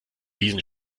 diesen